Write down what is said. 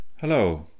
Hello